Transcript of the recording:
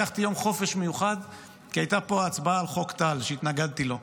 לקחתי יום חופש מיוחד כי הייתה פה הצבעה על חוק טל שהתנגדתי לו.